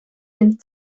den